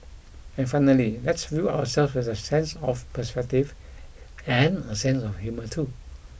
and finally let's view ourselves with a sense of perspective and a sense of humour too